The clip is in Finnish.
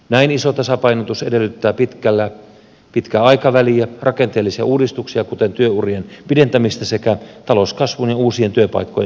näin iso tasapainotus edellyttää pitkää aikaväliä rakenteellisia uudistuksia kuten työurien pidentämistä sekä talouskasvun ja uusien työpaikkojen vauhdittamista